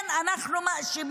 כן, אנחנו מאשימים.